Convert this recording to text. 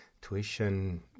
tuition